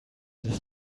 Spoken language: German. das